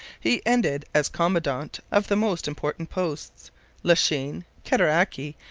he ended as commandant of the most important posts lachine, cataraqui,